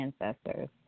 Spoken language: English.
ancestors